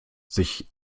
sich